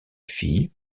fille